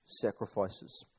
sacrifices